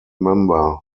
member